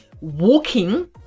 walking